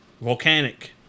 volcanic